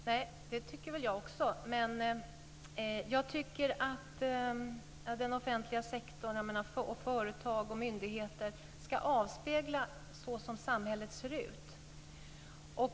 Fru talman! Det tycker också jag. Företagen liksom myndigheterna inom den offentliga sektorn ska avspegla hur samhället ser ut.